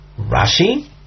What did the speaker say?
Rashi